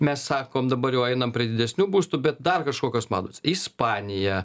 mes sakom dabar jau einam prie didesnių būstų bet dar kažkokios mados ispanija